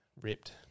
ripped